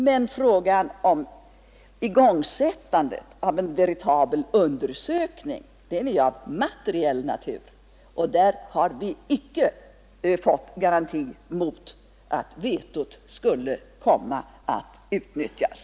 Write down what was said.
Men frågan om igångsättande av en veritabel undersökning är av materiell natur, och på den punkten har vi icke fått garanti mot att vetot skulle komma att utnyttjas.